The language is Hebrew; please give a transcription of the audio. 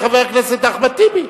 חבר הכנסת בר-און,